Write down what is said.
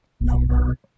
number